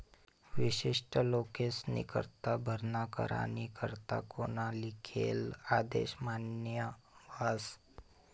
विशिष्ट लोकेस्नीकरता भरणा करानी करता कोना लिखेल आदेश मान्य व्हस